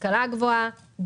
השכלה גבוהה,